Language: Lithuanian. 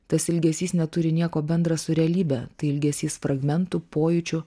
tas ilgesys neturi nieko bendra su realybe tai ilgesys fragmentų pojūčių